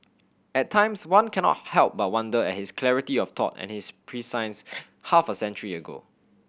at times one cannot help but wonder at his clarity of thought and his prescience half a century ago